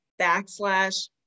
backslash